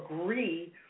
agree